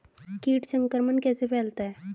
कीट संक्रमण कैसे फैलता है?